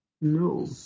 No